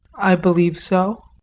i believe so.